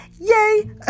Yay